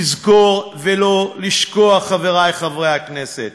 לזכור ולא לשכוח, חברי חברי הכנסת,